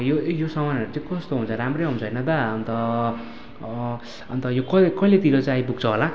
यो यो सामानहरू चाहिँ कस्तो हुन्छ राम्रै हुन्छ होइन दा अन्त अन्त यो कहिले कहिलेतिर चाहिँ आइपुग्छ होला